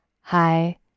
Hi